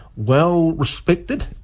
well-respected